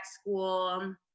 school